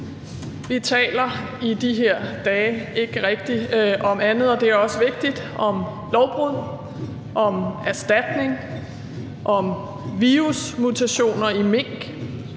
Vi taler i de her dage ikke rigtig om andet, og det er også vigtigt: om lovbrud, om erstatning, om virusmutationer i mink,